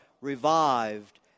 Revived